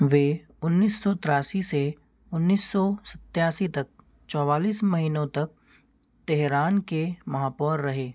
वह उन्नीस सौ तिरासी से उन्नीस सौ सत्तासी तक चौआलीस महीनों तक तेहरान के महापौर रहे